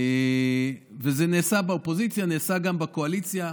זה נעשה באופוזיציה וגם בקואליציה,